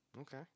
Okay